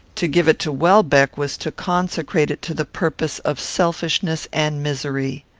to give it to welbeck was to consecrate it to the purpose of selfishness and misery.